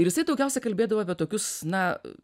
ir jisai daugiausia kalbėdavo apie tokius na